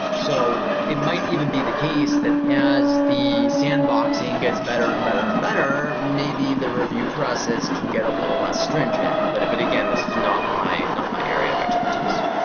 so, it might even be the case that as the sandboxing gets better and better and better, maybe the review process can get a little less stringent. but but again, this is not my not my area of expertise.